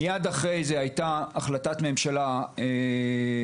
מיד אחרי זה הייתה החלטת ממשלה 549,